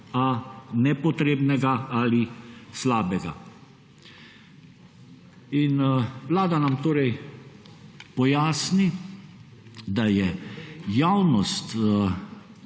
a nepotrebnega ali slabega. Vlada nam torej pojasni, da je javnost